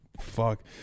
Fuck